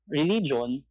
religion